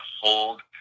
Hold